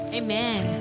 amen